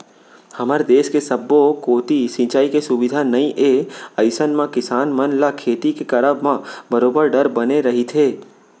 हमर देस के सब्बो कोती सिंचाई के सुबिधा नइ ए अइसन म किसान मन ल खेती के करब म बरोबर डर बने रहिथे